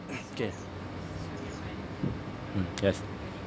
K mm yes